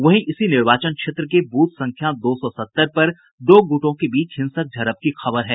वहीं इसी निर्वाचन क्षेत्र के बूथ संख्या दो सौ सत्तर पर दो गुटों के बीच हिंसक झड़प की खबर है